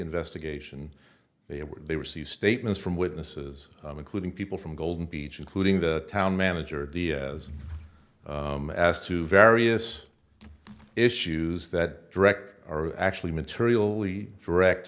investigation they were they received statements from witnesses including people from golden beach including the town manager of the as i asked to various issues that direct or actually materially direct